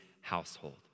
household